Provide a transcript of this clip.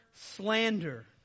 slander